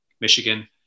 michigan